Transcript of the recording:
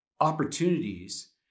opportunities